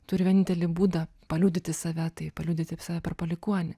turi vienintelį būdą paliudyti save tai paliudyti save palikuonį